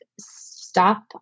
stop